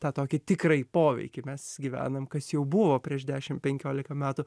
tą tokį tikrąjį poveikį mes gyvenam kas jau buvo prieš dešimt penkiolika metų